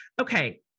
Okay